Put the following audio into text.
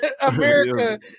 America